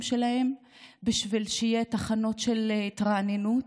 שלהם בשביל שיהיו תחנות של התרעננות?